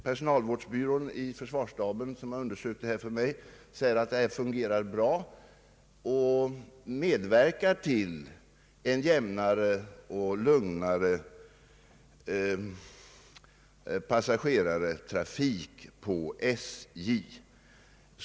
Personalvårdsbyrån i försvarsstaben som har undersökt detta säger att systemet fungerar bra och medverkar till en jämnare och lugnare passagerartrafik på SJ.